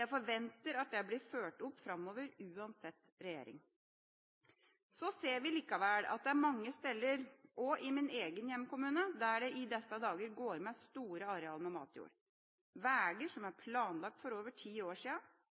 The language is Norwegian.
Jeg forventer at dette blir fulgt opp framover – uansett regjering. Vi ser likevel at det mange steder – også i min egen hjemkommune, der det i disse dager går med store arealer med matjord – er veier planlagt for over ti år sida,